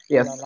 Yes